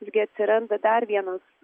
visgi atsiranda dar vienos